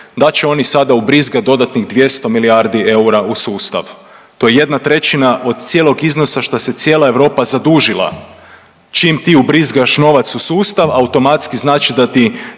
da će oni sada ubrizgat dodatnih 200 milijardi eura u sustav, to je 1/3 od cijelog iznosa što se cijela Europa zadužila, čim ti ubrizgaš novac u sustav automatski znači da ti